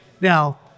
Now